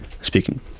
Speaking